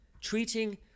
Treating